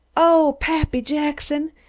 oh! pappy jackson,